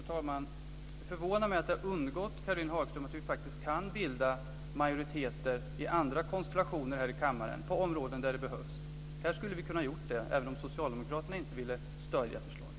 Fru talman! Det förvånar mig att det har undgått Caroline Hagström att vi faktiskt kan bilda majoriteter i andra konstellationer här i kammaren på områden där det behövs. Här skulle vi ha kunnat göra det, även om Socialdemokraterna inte ville stödja förslaget.